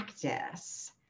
practice